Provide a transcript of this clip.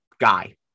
guy